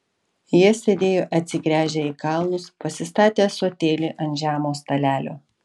jie sėdėjo atsigręžę į kalnus pasistatę ąsotėlį ant žemo stalelio